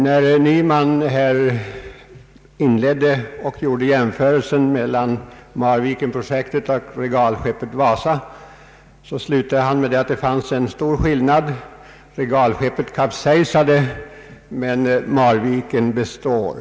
När herr Nyman inledde sitt anförande med en jämförelse mellan Marvikenprojektet och regalskeppet Wasa, sade han att det fanns en stor skillnad; regalskeppet kapsejsade men Marviken består.